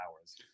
hours